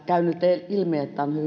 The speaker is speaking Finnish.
käynyt ilmi että on hyvin